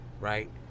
Right